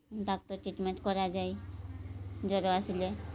ଡାକ୍ତର treatment କରାଯାଇ ଜ୍ୱର ଆସିଲେ